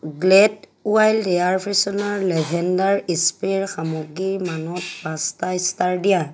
Glade wild air freshener lavender স্প্ৰেৰ সামগ্ৰীৰ মানত পাঁচটা ষ্টাৰ দিয়া